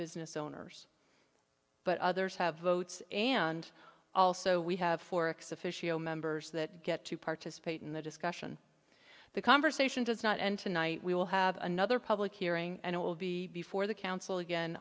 business owners but others have votes and also we have four members that get to participate in the discussion the conversation does not end tonight we will have another public hearing and it will be before the council again